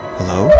Hello